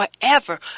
forever